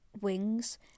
wings